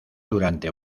durante